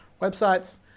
websites